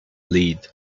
lead